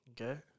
Okay